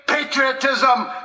Patriotism